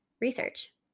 research